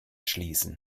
schließen